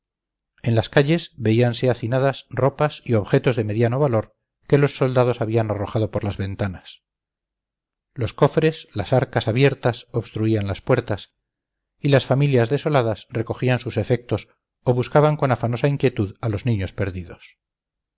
en las calles veíanse hacinadas ropas y objetos de mediano valor que los soldados habían arrojado por las ventanas los cofres las arcas abiertas obstruían las puertas y las familias desoladas recogían sus efectos o buscaban con afanosa inquietud a los niños perdidos